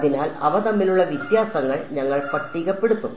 അതിനാൽ അവ തമ്മിലുള്ള വ്യത്യാസങ്ങൾ ഞങ്ങൾ പട്ടികപ്പെടുത്തും